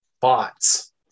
bots